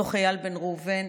דוח איל בן ראובן,